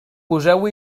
poseu